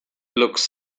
looks